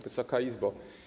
Wysoka Izbo!